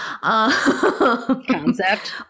concept